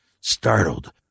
startled